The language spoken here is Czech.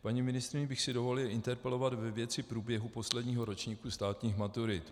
Paní ministryni bych si dovolil interpelovat ve věci průběhu posledního ročníku státních maturit.